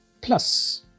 Plus